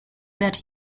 that